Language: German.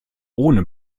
ohne